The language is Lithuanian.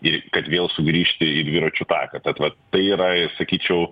ir kad vėl sugrįžti į dviračių taką tad vat tai yra sakyčiau